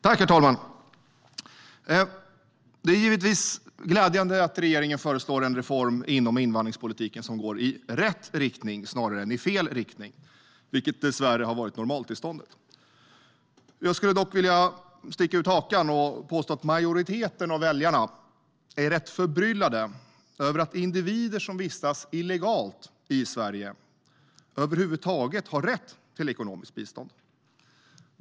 Herr talman! Det är givetvis glädjande att regeringen föreslår en reform inom invandringspolitiken som går i rätt riktning snarare än i fel riktning, vilket dessvärre har varit normaltillståndet. Jag skulle dock vilja sticka ut hakan och påstå att majoriteten av väljarna är rätt förbryllade över att individer som vistas illegalt i Sverige över huvud taget har rätt till ekonomiskt bistånd.